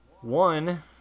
One